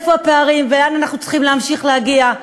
איפה הפערים ולאן אנחנו צריכים להמשיך להגיע,